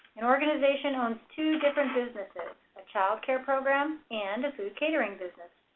an organization owns two different businesses, a child care program, and a food catering business.